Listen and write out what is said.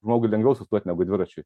žmogui lengviau sustot negu dviračiui